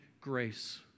grace